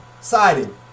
siding